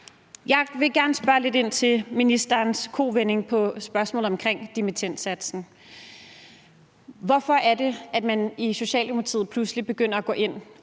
Jeg vil gerne spørge lidt ind til ministerens kovending i spørgsmålet omkring dimittendsatsen. Hvorfor er det, at man i Socialdemokratiet pludselig begynder at gå ind